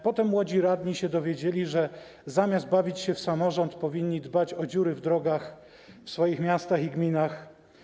Potem młodzi radni się dowiedzieli, że zamiast bawić się w samorząd, powinni dbać o dziury w drogach w swoich miastach i gminach.